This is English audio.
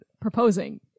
proposing